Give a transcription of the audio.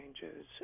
changes